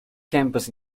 campus